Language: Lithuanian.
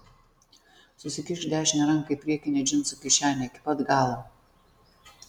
susikišk dešinę ranką į priekinę džinsų kišenę iki pat galo